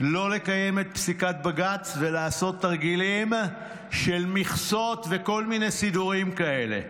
לא לקיים את פסיקת בג"ץ ולעשות תרגילים של מכסות וכל מיני סידורים כאלה.